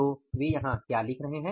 तो वे यहाँ क्या लिख रहे हैं